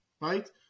right